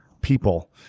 people